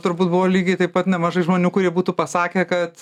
turbūt buvo lygiai taip pat nemažai žmonių kurie būtų pasakę kad